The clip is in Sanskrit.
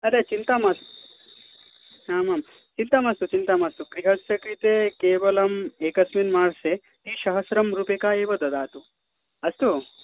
अरे चिन्ता मास्तु आम् आं चिन्ता मास्तु चिन्ता मास्तु गृहस्य कृते केवलम् एकस्मिन् मासे द्विसहस्रं रूप्यकम् एव ददातु अस्तु